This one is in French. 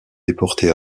déporté